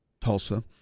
Tulsa